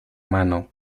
mano